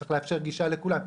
צריך לאפשר גישה לכולם.